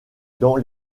dans